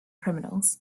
criminals